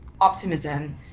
Optimism